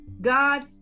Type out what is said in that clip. God